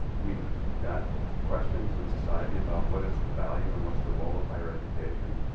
we've got questions in society about what is the value and what's the role of higher education.